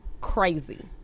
crazy